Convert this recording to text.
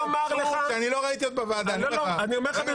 לא ראיתי עוד בוועדה, אני אומר לך.